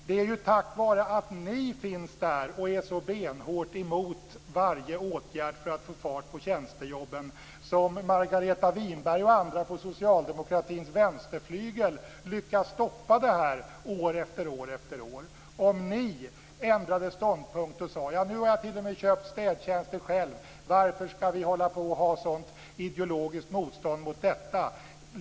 Det är på grund av att ni finns där och är så benhårt emot varje åtgärd för att få fart på tjänstejobben som Margareta Winberg och andra på socialdemokratins vänsterflygel lyckas stoppa detta år efter år. Om ni ändrade ståndpunkt och sade: Nu har jag t.o.m. köpt städtjänster själv, varför skall vi ha ett sådant ideologiskt motstånd mot detta?